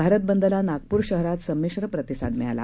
भारत बंदला नागपूर शहरात संमिश्र प्रतिसाद मिळाला